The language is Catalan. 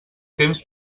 temps